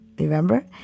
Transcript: Remember